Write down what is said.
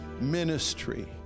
ministry